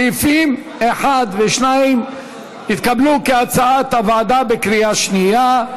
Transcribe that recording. סעיפים 1 ו-2 התקבלו כהצעת הוועדה בקריאה שנייה.